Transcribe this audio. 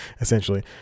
essentially